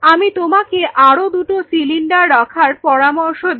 আমি তোমাকে আরো দুটো সিলিন্ডার রাখার পরামর্শ দেব